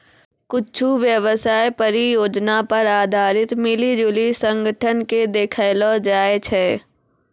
कुच्छु व्यवसाय परियोजना पर आधारित मिली जुली संगठन के देखैलो जाय छै